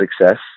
success